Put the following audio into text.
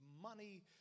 money